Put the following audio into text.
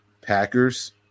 Packers